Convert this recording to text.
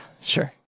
sure